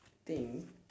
I think